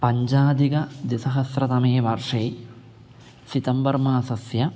पञ्चाधिकद्विसहस्रतमे वर्षे सितम्बर्मासस्य